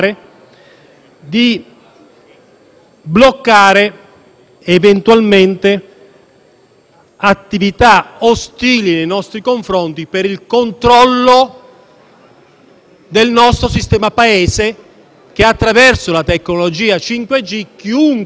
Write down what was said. bloccare, attività ostili nei nostri confronti per il controllo del sistema Paese che, attraverso la tecnologia 5G, chiunque può realizzare